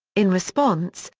in response,